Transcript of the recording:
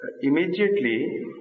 immediately